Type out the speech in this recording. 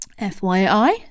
FYI